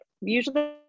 usually